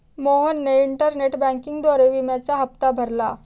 मोहनने इंटरनेट बँकिंगद्वारे विम्याचा हप्ता भरला